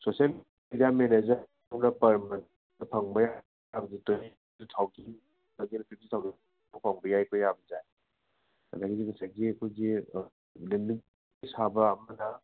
social media manager ꯑꯃꯅ ꯄꯔ ꯃꯟꯇ ꯐꯪꯕ ꯌꯥꯕꯁꯦ ꯇ꯭ꯋꯦꯟꯇꯤ ꯇꯨ ꯊꯥꯎꯖꯟꯗꯒꯤꯅ ꯐꯤꯐꯇꯤ ꯊꯥꯎꯖꯟ ꯐꯪꯕ ꯌꯥꯏꯀꯣ ꯌꯥꯕꯁꯦ ꯑꯗꯒꯤ ꯉꯁꯥꯏꯒꯤ ꯑꯩꯈꯣꯏꯒꯤ ꯂꯦꯟꯗꯤꯡ ꯄꯦꯖ ꯁꯥꯕ ꯑꯃꯅ